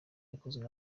yakozwe